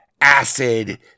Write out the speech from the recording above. acid